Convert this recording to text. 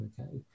okay